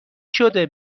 شده